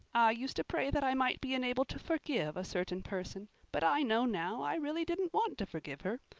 i used to pray that i might be enabled to forgive a certain person, but i know now i really didn't want to forgive her.